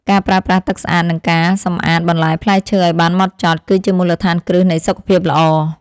ការប្រើប្រាស់ទឹកស្អាតនិងការសម្អាតបន្លែផ្លែឈើឱ្យបានហ្មត់ចត់ គឺជាមូលដ្ឋានគ្រឹះនៃសុខភាពល្អ។